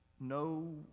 no